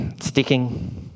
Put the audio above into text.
sticking